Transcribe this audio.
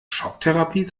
schocktherapie